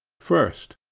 first.